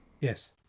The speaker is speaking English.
Yes